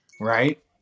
right